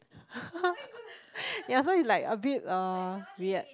yea so you like a bit uh weird